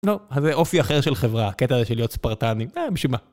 לא, אז זה אופי אחר של חברה, הקטע הזה של להיות ספרטנים, אה, בשביל מה?